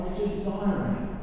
desiring